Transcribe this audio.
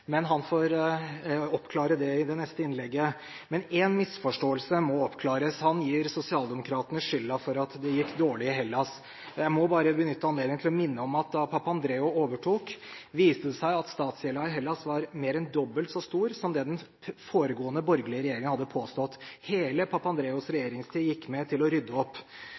Han får oppklare det i det neste innlegget. Men en misforståelse må oppklares. Han gir sosialdemokratene skylden for at det gikk dårlig i Hellas. Jeg må bare benytte anledningen til å minne om at da Papandreou overtok, viste det seg at statsgjelden i Hellas var mer enn dobbelt så stor som det den foregående borgerlige regjeringen hadde påstått. Hele Papandreous regjeringstid gikk med til å rydde opp.